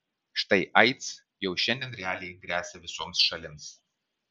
štai aids jau šiandien realiai gresia visoms šalims